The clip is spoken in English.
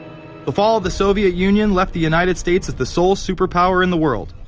the fall of the soviet union left the united states. as the sole superpower in the world.